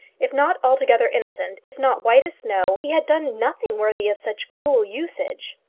if not altogether innocent, if not white as snow, he had done nothing worthy of such cruel usage.